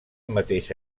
mateix